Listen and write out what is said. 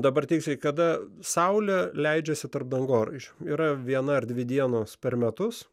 dabar tiksliai kada saulė leidžiasi tarp dangoraižių yra viena ar dvi dienos per metus